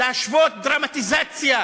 לשוות דרמטיזציה,